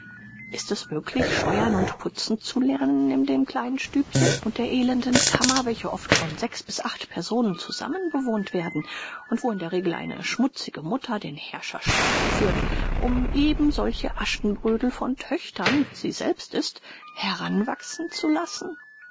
ist es möglich scheuern und putzen zu lernen in dem kleinen stübchen und der elenden kammer welche oft von personen zusammen bewohnt werden und wo in der regel eine schmutzige mutter den herrscherstab führt um eben solche aschenbrödel von töchtern wie sie selbst ist heranwachsen zu lassen